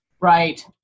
Right